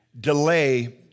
delay